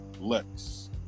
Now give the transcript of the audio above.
Lex